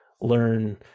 learn